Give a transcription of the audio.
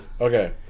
Okay